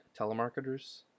telemarketers